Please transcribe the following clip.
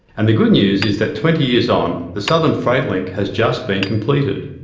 and the good news is that, twenty years on, the southern freight link has just been completed.